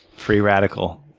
free radical.